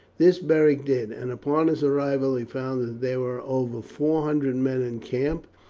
this beric did, and upon his arrival he found that there were over four hundred men in camp,